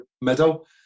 middle